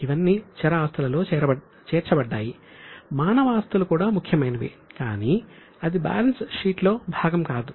ఇవన్నీ చర ఆస్తులలో చేర్చబడ్డాయి మానవ ఆస్తులు కూడా ముఖ్యమైనవి కానీ అది బ్యాలెన్స్ షీట్లో భాగం కాదు